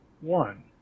one